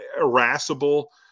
irascible